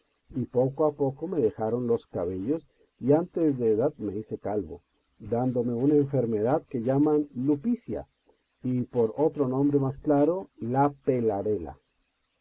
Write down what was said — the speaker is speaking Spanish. y poco a poco me dejaron los cabellos y antes de edad me hice calvo dándome una enfermedad que llaman lupicia y por otro nombre más claro la pelarela